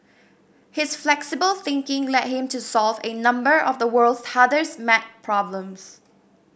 his flexible thinking led him to solve a number of the world's hardest maths problems